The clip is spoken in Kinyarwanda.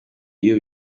iyo